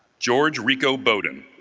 george rico bowden